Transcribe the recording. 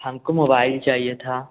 हमको मोबाइल चाहिए था